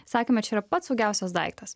sakėme čia yra pats saugiausias daiktas